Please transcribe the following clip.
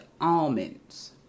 almonds